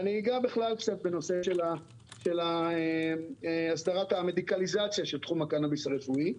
אני אגע בנושא של הסדרת המדיקליזציה של תחום הקנביס הרפואי,